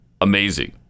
amazing